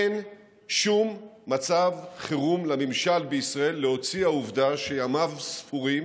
אין שום מצב חירום לממשל בישראל להוציא העובדה שימיו ספורים